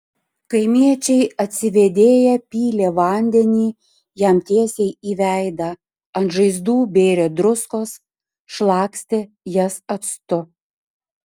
kaimiečiai atsivėdėję pylė vandenį jam tiesiai į veidą ant žaizdų bėrė druskos šlakstė jas actu